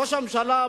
ראש הממשלה,